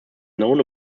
known